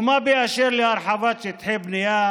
ומה באשר להרחבת שטחי בנייה